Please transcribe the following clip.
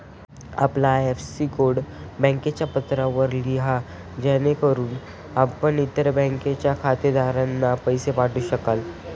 आपला IFSC code बँकेच्या पत्रकावर लिहा जेणेकरून आपण इतर बँक खातेधारकांना पैसे पाठवू शकाल